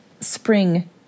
spring